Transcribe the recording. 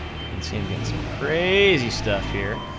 you can see i'm getting some crazy stuff here,